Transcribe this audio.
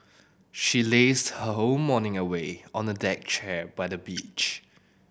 she lazed her whole morning away on the deck chair by the beach